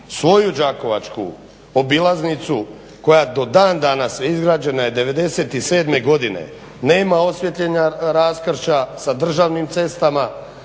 svoju đakovačku obilaznicu koja do dan danas, a izgrađena je '97. godine, nema osvijetljena raskršća sa državnim cestama,